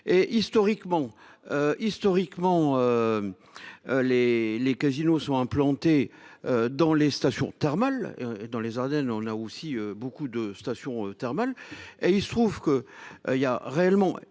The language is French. Historiquement. Les les casinos sont implantés dans les stations thermales et dans les Ardennes, on a aussi beaucoup de stations thermales et il se trouve que il y a réellement